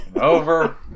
over